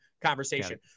conversation